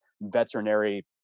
veterinary